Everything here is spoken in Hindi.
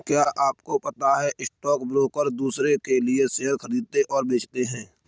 क्या आपको पता है स्टॉक ब्रोकर दुसरो के लिए शेयर खरीदते और बेचते है?